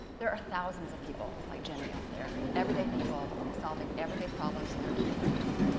there are thousands of people like jenny out there, every day people solving every day problems in their communities,